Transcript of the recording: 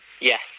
Yes